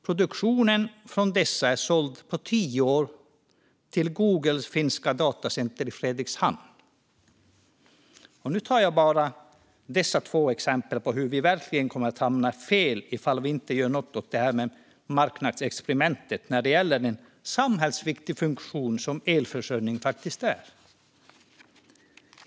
Produktionen från dessa är såld på tio år till Googles finska datacenter i Fredrikshamn. Nu tog jag bara dessa två exempel på hur vi verkligen kommer att hamna fel ifall vi inte gör något åt detta marknadsexperiment när det gäller en samhällsviktig funktion, som elförsörjning faktiskt är.